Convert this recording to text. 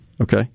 Okay